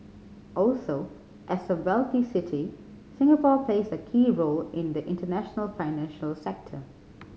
also as a wealthy city Singapore plays a key role in the international financial sector